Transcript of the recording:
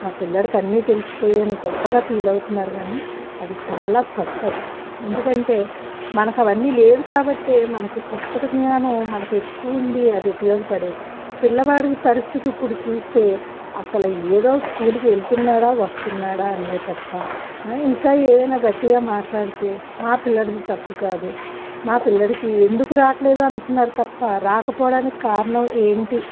మా పిల్లాడికి అన్నీ తెలిసిపోయాయని గొప్పగా ఫీల్ అవుతున్నారు కానీ అది చాలా తప్పు అది ఎందుకంటే మనకవన్నీ లేదు కాబట్టే మనకి పుస్తక జ్ఞానం మనకి ఎక్కువుండి అది ఉపయోగపడేది పిల్లవాడి పరిస్థితి ఇప్పుడు చూస్తే అసలు ఏదో స్కూల్కి వెళ్తున్నాడా వస్తున్నాడా అనే తప్ప ఇంకా ఏమైనా గట్టిగా మాట్లాడితే మా పిల్లోడిది తప్పు కాదు మా పిల్లోడికి ఎందుకు రావట్లేదు అంటున్నారు తప్ప రాకపోవడానికి కారణం ఏంటి